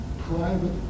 private